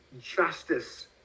justice